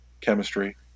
chemistry